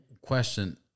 Question